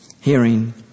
hearing